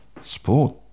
sport